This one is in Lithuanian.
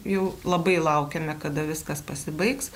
jau labai laukiame kada viskas pasibaigs